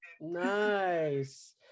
Nice